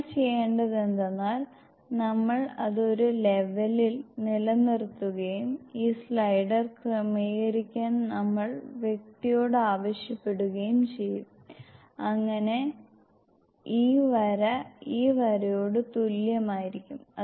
നമ്മൾ ചെയ്യേണ്ടത് എന്തെന്നാൽ നമ്മൾ അത് ഒരു ലെവലിൽ നിലനിർത്തുകയും ഈ സ്ലൈഡർ ക്രമീകരിക്കാൻ നമ്മൾ വ്യക്തിയോട് ആവശ്യപ്പെടുകയും ചെയ്യും അങ്ങനെ ഈ വര ഈ വരയോട് തുല്യമായിരിക്കും